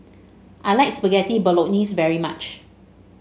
I like Spaghetti Bolognese very much